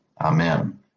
Amen